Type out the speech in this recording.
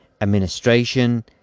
administration